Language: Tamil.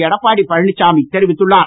எடப்பாடி பழனிசாமி தெரிவித்துள்ளார்